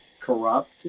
corrupt